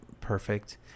perfect